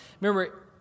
Remember